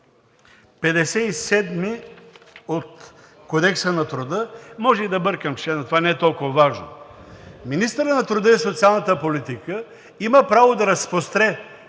57 от Кодекса на труда, може и да бъркам члена, това не е толкова важно: „Министърът на труда и социалната политика има право да разпростре